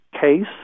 case